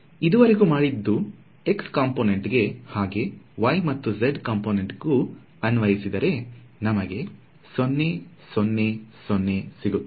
ಇದುವರೆಗೂ ಮಾಡಿದ್ದು x component ಗೆ ಹಾಗೆ y ಮತ್ತು z ಕಂಪೋನೆಂಟ್ ಗೂ ಅನ್ವಯಿಸಿದರೆ ನಮಗೆ 000 ಸಿಗುತ್ತದೆ